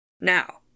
Now